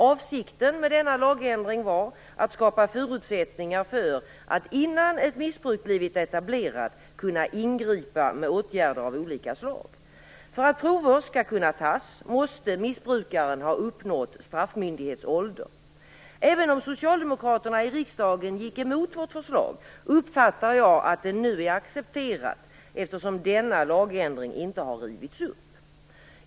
Avsikten med denna lagändring var att skapa förutsättningar för att innan ett missbruk blivit etablerat kunna ingripa med åtgärder av olika slag. För att prov skall kunna tas måste missbrukaren ha uppnått straffmyndighetsåldern. Även om socialdemokraterna i riksdagen gick emot vårt förslag uppfattar jag att det nu är accepterat, eftersom denna lagändring inte har rivits upp.